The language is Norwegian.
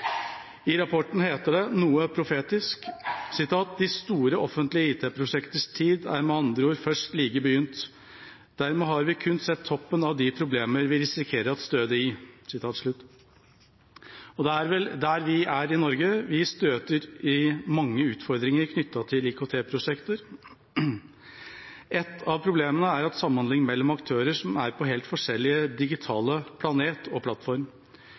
I rapporten heter det, noe profetisk: «De store offentlige IT-projekters tid er med andre ord først lige begyndt. Dermed har vi også kun set toppen af de problemer, projekterne risikerer at støde ind i.» Det er vel der vi er i Norge. Vi støter på mange utfordringer knyttet til IKT-prosjekter. Ett av problemene er samhandling mellom aktører som er på helt forskjellige digitale planeter og